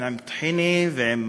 אלא עם טחינה ועם,